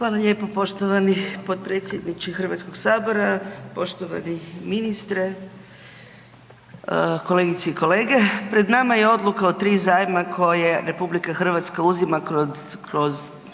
Hvala lijepo poštovani potpredsjedniče HS, poštovani ministre, kolegice i kolege. Pred nama je odluka o 3 zajma koje RH uzima kod